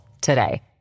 today